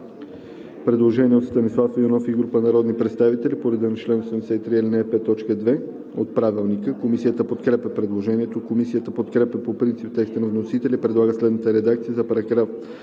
предложение от Станислав Иванов и група народни представители по реда на чл. 83, ал. 5, т. 2 от Правилника. Комисията подкрепя предложението. Комисията подкрепя по принцип текста на вносителя и предлага следната редакция за §